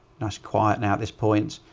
nice quiet, now at this point,